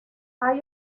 hay